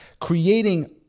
creating